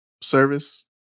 service